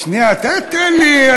שנייה, תן לי.